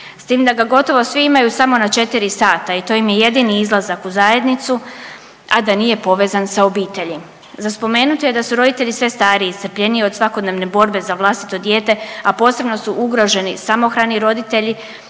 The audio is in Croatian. S tim da ga gotovo svi imaju samo na četiri sata i to im je jedini izlazak u zajednicu, a da nije povezan sa obitelji. Za spomenuti je da su roditelji sve stariji, iscrpljeniji od svakodnevne borbe za vlastito dijete, a posebno su ugroženi samohrani roditelji,